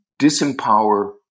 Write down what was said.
disempower